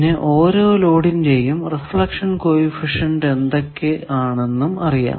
പിന്നെ ഓരോ ലോഡിന്റെയും റിഫ്ലക്ഷൻ കോ എഫിഷ്യന്റ് ഏതൊക്കെ ആണ് എന്നും അറിയാം